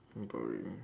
you're boring me